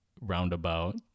roundabout